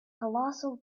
colossal